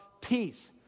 Peace